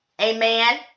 amen